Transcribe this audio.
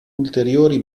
ulteriori